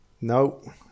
No